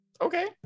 Okay